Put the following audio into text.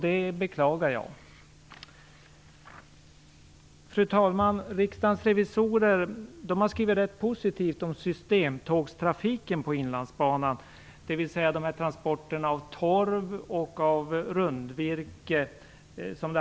Det beklagar jag. Fru talman! Riksdagens revisorer har skrivit rätt positivt om systemtågstrafiken på Inlandsbanan, dvs. i första hand transporterna av torv och rundvirke.